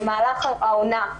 במהלך השנה,